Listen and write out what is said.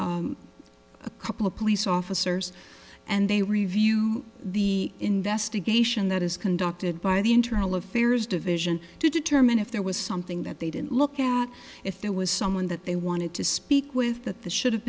a couple of police officers and they review the investigation that is conducted by the internal affairs division to determine if there was something that they didn't look at if there was someone that they wanted to speak with that the should have